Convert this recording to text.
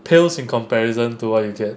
pale in comparison to what you get